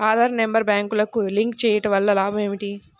Aadhaar number బ్యాంక్నకు link చేయుటవల్ల లాభం ఏమిటి?